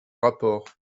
rapport